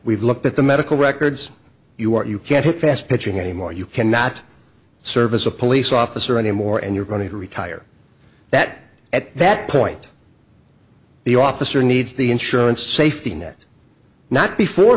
we've looked at the medical records you are you can't fast pitching anymore you cannot serve as a police officer anymore and you're going to retire that at that point the officer needs the insurance safety net not before